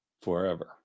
forever